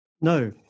No